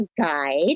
guide